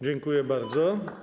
Dziękuję bardzo.